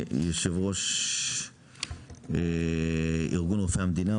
יושב-ראש ארגון רופאי המדינה,